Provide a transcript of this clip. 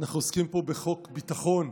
אנחנו עוסקים פה בחוק ביטחון.